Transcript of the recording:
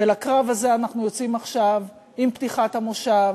ולקרב הזה אנחנו יוצאים עכשיו, עם פתיחת המושב,